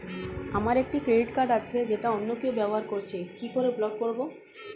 আমার একটি credit card আছে যেটা অন্য কেউ ব্যবহার করছে কি করে ব্লক করবো?